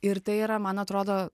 ir tai yra man atrodo